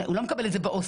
הוא לא מקבל את זה בהוסטל,